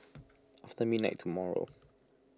after midnight tomorrow